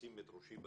לשים את ראשי באש.